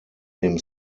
dem